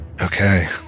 Okay